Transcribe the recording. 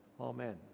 Amen